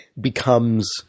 becomes –